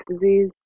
disease